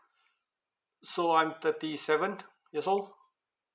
so I'm thirty seven years old